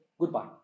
Goodbye